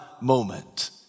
moment